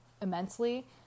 immensely